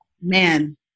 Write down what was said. man